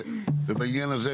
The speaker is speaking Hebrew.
בעניין הזה,